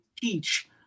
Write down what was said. teach